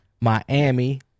Miami